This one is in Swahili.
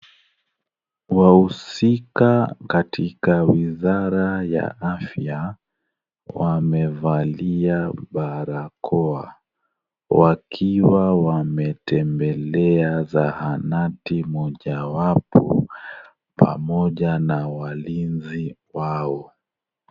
Wahusika katika wizara ya afya wamevalia barakoa wakiwa wametembelea zahanati mojawapo pamoja na walinzi wao.